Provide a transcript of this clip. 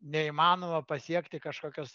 neįmanoma pasiekti kažkokios